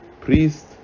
priest